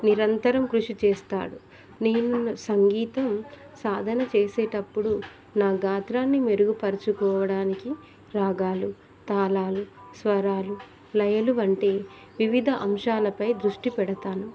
నిరంతరం కృషి చేస్తాడు నేను సంగీతం సాధన చేసేటప్పుడు నా గాత్రాన్ని మెరుగుపరుచుకోవడానికి రాగాలు తాళాలు స్వరాలు లయలు వంటి వివిధ అంశాలపై దృష్టి పెడతాను